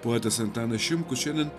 poetas antanas šimkus šiandien